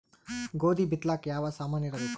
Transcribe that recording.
ಗೋಧಿ ಬಿತ್ತಲಾಕ ಯಾವ ಸಾಮಾನಿರಬೇಕು?